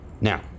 Now